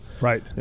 Right